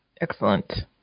Excellent